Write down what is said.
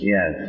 Yes